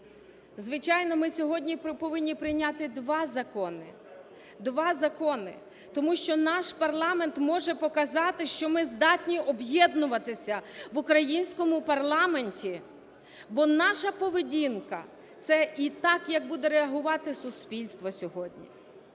звичайно, ми сьогодні повинні прийняти два закони, два закони, тому що наш парламент може показати, що ми здатні об'єднуватися в українському парламенті, бо наша поведінка це і так як буде реагувати суспільство сьогодні.